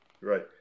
Right